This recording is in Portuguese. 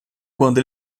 quando